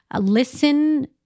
listen